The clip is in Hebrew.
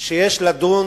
שיש לדון